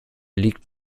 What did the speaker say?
liegt